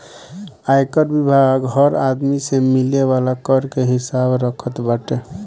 आयकर विभाग हर आदमी से मिले वाला कर के हिसाब रखत बाटे